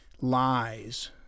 lies